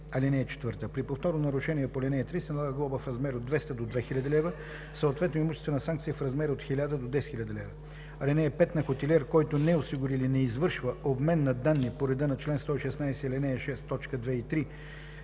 лв. (4) При повторно нарушение по ал. 3 се налага глоба в размер от 200 до 2000 лв., съответно имуществена санкция в размер от 1000 до 10 000 лв. (5) На хотелиер, който не осигури или не извършва обмен на данни по реда на чл. 116, ал. 6, т.